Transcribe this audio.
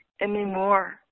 anymore